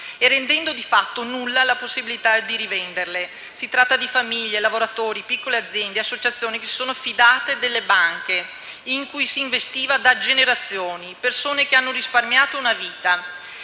e rendendo di fatto nulla la possibilità di rivenderle. Si tratta di famiglie, lavoratori, piccole aziende e associazioni che si sono fidate di banche in cui si investiva da generazioni; persone che hanno risparmiato una vita